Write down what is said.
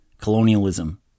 colonialism